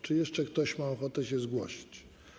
Czy jeszcze ktoś ma ochotę się zgłosić?